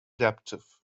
adaptive